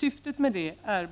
Syftet med denna utredning är